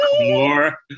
more